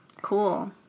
Cool